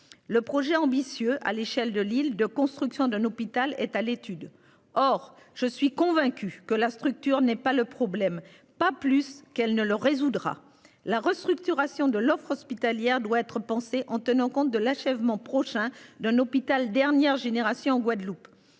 Le projet ambitieux à l'échelle de l'île de construction d'un hôpital est à l'étude. Or, je suis convaincu que la structure n'est pas le problème. Pas plus qu'elle ne le résoudra la restructuration de l'offre hospitalière doit être pensé en tenant compte de l'achèvement prochain d'un hôpital dernière génération en Guadeloupe.